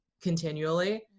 continually